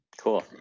cool